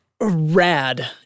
Rad